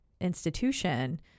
institution